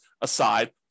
aside